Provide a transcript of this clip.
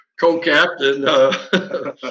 co-captain